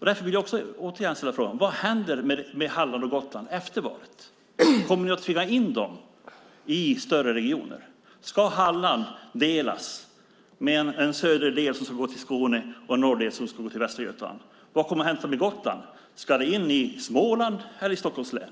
Därför vill jag återigen ställa frågan: Vad händer med Halland och Gotland efter valet? Kommer ni att tvinga in dem i större regioner? Ska Halland delas i en södra del som ska gå till Skåne och en norra del som ska gå till Västra Götaland? Ska Gotland in i Småland eller i Stockholms län?